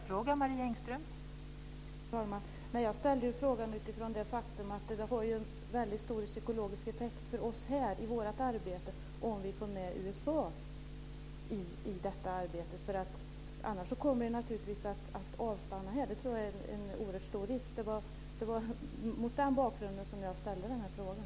Fru talman! Jag ställde frågan utifrån det faktum att det får en stor psykologisk effekt för oss här om vi får med USA i det här arbetet. Annars kommer det naturligtvis att avstanna här. Det tror jag är en oerhört stor risk. Det var mot den bakgrunden jag ställde den här frågan.